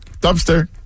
dumpster